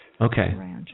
Okay